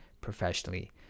professionally